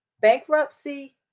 Bankruptcy